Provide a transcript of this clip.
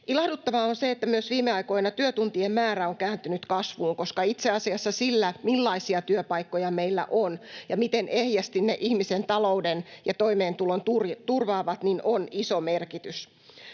Ilahduttavaa on se, että myös viime aikoina työtuntien määrä on kääntynyt kasvuun, koska itse asiassa sillä, millaisia työpaikkoja meillä on ja miten ehjästi ne ihmisen talouden ja toimeentulon turvaavat, on iso merkitys.